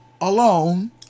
Alone